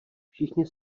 všichni